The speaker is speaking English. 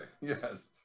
yes